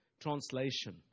translation